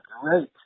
great